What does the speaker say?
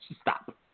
stop